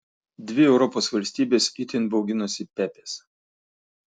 dvi europos valstybės itin bauginosi pepės